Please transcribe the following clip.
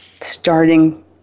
starting